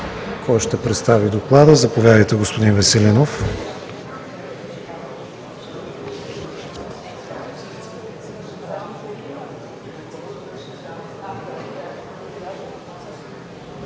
Кой ще представи Доклада? Заповядайте, господин Веселинов.